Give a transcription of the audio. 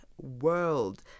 world